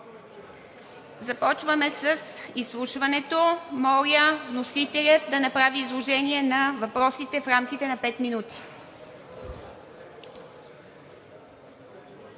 Започваме с изслушването. Моля вносителят да направи изложение на въпросите в рамките на пет минути.